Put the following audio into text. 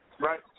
right